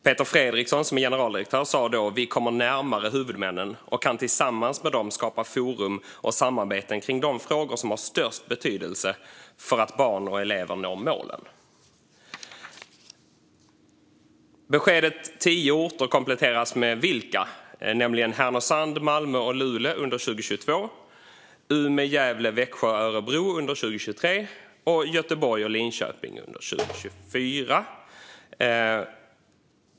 Peter Fredriksson, som är generaldirektör, sa då att man skulle komma närmare huvudmännen och tillsammans med dem kunna skapa forum och samarbeten kring de frågor som har störst betydelse för att barn och elever når målen. Beskedet om tio orter kompletterades med vilka det skulle gälla. Det var Härnösand, Malmö och Luleå under 2022, Umeå, Gävle, Växjö och Örebro under 2023 och Göteborg och Linköping under 2024.